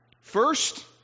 First